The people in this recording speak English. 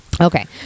Okay